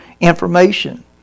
information